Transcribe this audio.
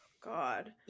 god